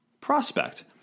prospect